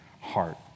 heart